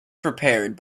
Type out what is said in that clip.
prepared